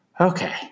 okay